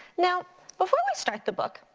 now before we start the book,